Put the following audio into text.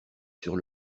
sur